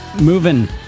moving